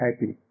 happy